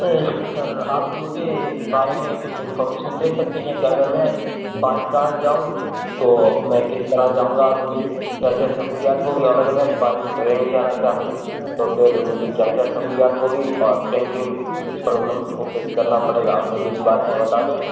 جی sir آپ مجھے اس بارے میں کچھ انفارمیشن دے سکتے ہیں کہ اگر میں بائی کار جاؤں تو میں کس طرح جاؤں گا اور مجھے کیا کیا سہولیات ہوگی اور اگر میں بائی ٹرین جانا چاہوں تو پھر مجھے کیا کیا سہولیات ہوگی اور کن کن پرابلمس کو فیس کرنا پڑے گا آپ مجھے اس بارے میں بتا دیں